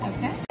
Okay